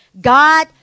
God